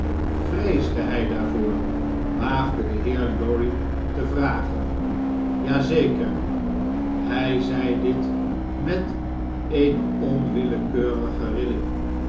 yreesde hy daarvoor waagde de heer lorry te vragen ja zeker hy zei dit met eene onwillekeurige rilling